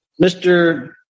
Mr